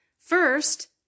First